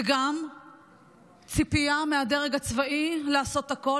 וגם ציפייה מהדרג הצבאי לעשות הכול,